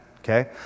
Okay